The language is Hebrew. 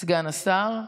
סגן השר.